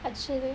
actually